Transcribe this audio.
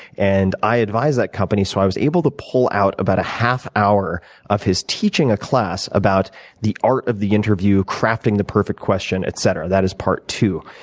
and i advise that company so i was able to pull out about a half hour of his teaching a class about the art of the interview, crafting the perfect question, etc. that is part two.